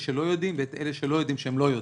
שלא יודעים ויש את אלה שלא יודעים שהם לא יודעים.